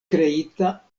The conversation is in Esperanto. kreita